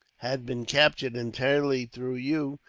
had been captured entirely through you,